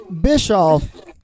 Bischoff